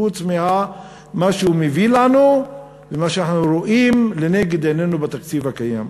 חוץ ממה שהוא מביא לנו ומה שאנחנו רואים לנגד עינינו בתקציב הקיים.